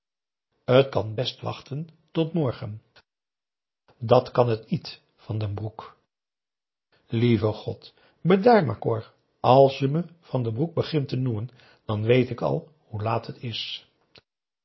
t kan best wachten tot morgen dat kan het niet van den broek lieve god bedaar maar cor als je me van den broek begint te noemen dan weet ik al hoe laat het is